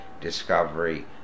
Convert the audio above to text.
Discovery